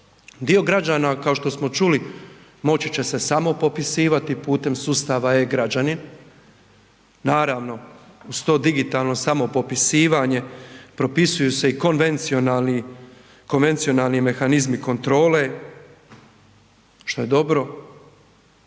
Dio građana kao što smo čuli moći će se samo popisivati putem sustava e-Građani. Naravno uz to digitalno samopopisivanje propisuju se i konvencionalni mehanizmi kontrole što je dobro.